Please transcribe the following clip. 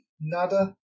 Nada